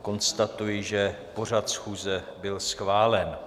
Konstatuji, že pořad schůze byl schválen.